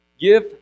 Give